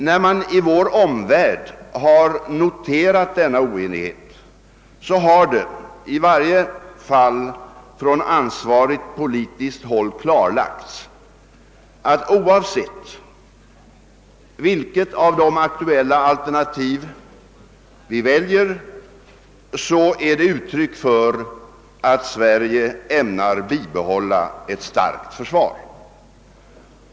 När man i vår omvärld har noterat denna oenighet har det, i varje fall från ansvarigt politiskt håll, klarlagts att oavsett vilket av de aktuella alternativen vi väljer, så är det ett uttryck för att Sverige ämnar bibehålla ett starkt försvar.